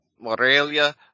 Morelia